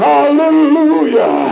Hallelujah